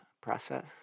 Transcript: process